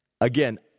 again